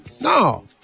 No